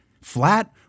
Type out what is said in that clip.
flat